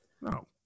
No